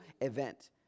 event